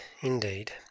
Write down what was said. indeed